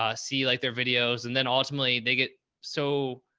ah see like their videos and then ultimately they get so